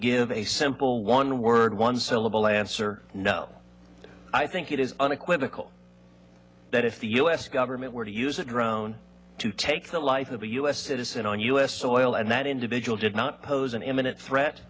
give a simple one word one syllable answer no i think it is unequivocal that if the u s government were to use it around to take the life of a u s citizen on u s soil and that individual did not pose an imminent threat